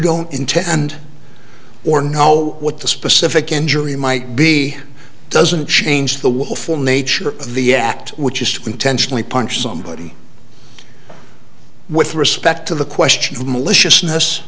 don't intend or know what the specific injury might be doesn't change the willful nature of the act which is to intentionally punch somebody with respect to the question of malicious